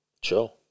Sure